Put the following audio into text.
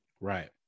Right